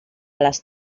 les